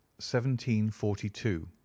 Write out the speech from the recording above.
1742